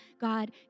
God